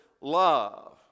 love